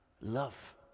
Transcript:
love